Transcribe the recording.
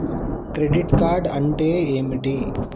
Credit card అంటే ఏమిటి?